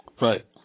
Right